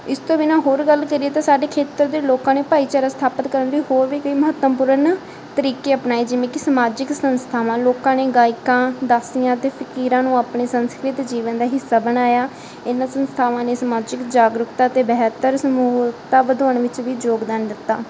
ਇਸ ਤੋਂ ਬਿਨਾਂ ਹੋਰ ਗੱਲ ਕਰੀਏ ਤਾਂ ਸਾਡੇ ਖੇਤਰ ਦੇ ਲੋਕਾਂ ਨੇ ਭਾਈਚਾਰਾ ਸਥਾਪਿਤ ਕਰਨ ਲਈ ਹੋਰ ਵੀ ਕਈ ਮਹੱਤਵਪੂਰਨ ਤਰੀਕੇ ਅਪਣਾਏ ਜਿਵੇਂ ਕਿ ਸਮਾਜਿਕ ਸੰਸਥਾਵਾਂ ਲੋਕਾਂ ਨੇ ਗਾਇਕਾਂ ਦਾਸੀਆਂ ਅਤੇ ਫਕੀਰਾਂ ਨੂੰ ਆਪਣੀ ਸੰਸਕ੍ਰਿਤ ਜੀਵਨ ਦਾ ਹਿੱਸਾ ਬਣਾਇਆ ਇਹਨਾਂ ਸੰਸਥਾਵਾਂ ਨੇ ਸਮਾਜਿਕ ਜਾਗਰੂਕਤਾ ਅਤੇ ਬਿਹਤਰ ਸਮੂਹਲਤਾ ਵਧਾਉਣ ਵਿੱਚ ਵੀ ਯੋਗਦਾਨ ਦਿੱਤਾ